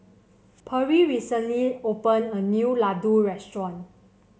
Perri recently opened a new laddu restaurant